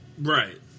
Right